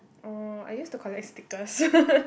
uh I use to collect stickers